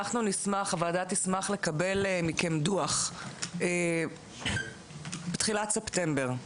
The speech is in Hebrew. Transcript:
הוועדה תשמח לקבל מכם דוח בתחילת ספטמבר.